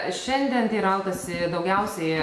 šiandien teirautasi daugiausiai